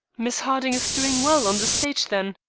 miss harding is doing well on the stage, then?